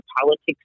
politics